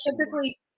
typically